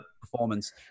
performance